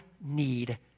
need